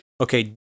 okay